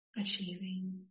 Achieving